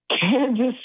Kansas